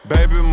Baby